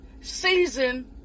season